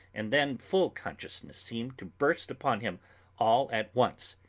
and then full consciousness seemed to burst upon him all at once,